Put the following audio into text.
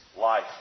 life